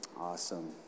awesome